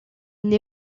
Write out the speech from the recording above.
une